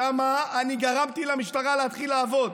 שם אני גרמתי למשטרה להתחיל לעבוד.